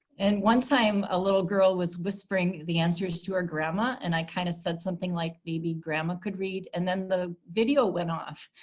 and one time a little girl was whispering the answers to her grandma and i kind of said something like maybe grandma could read. and then the video went off.